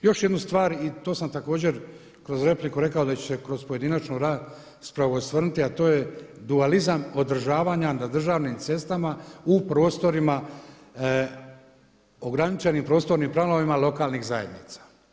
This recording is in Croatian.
Još jednu stvar i to sam također kroz repliku rekao da ću se kroz pojedinačnu raspravu osvrnuti, a to je dualizam održavanja na državnim cestama u prostorima ograničenim prostornim planovima lokalnih zajednica.